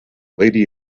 lady